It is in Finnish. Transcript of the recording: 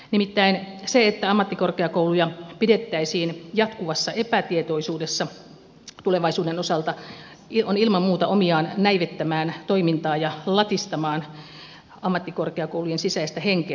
nimittäin se että ammattikorkeakouluja pidettäisiin jatkuvassa epätietoisuudessa tulevaisuuden osalta on ilman muuta omiaan näivettämään toimintaa ja latistamaan ammattikorkeakoulujen sisäistä henkeä